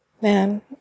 Man